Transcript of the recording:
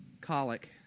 colic